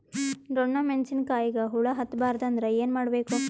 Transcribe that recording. ಡೊಣ್ಣ ಮೆಣಸಿನ ಕಾಯಿಗ ಹುಳ ಹತ್ತ ಬಾರದು ಅಂದರ ಏನ ಮಾಡಬೇಕು?